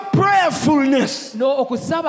prayerfulness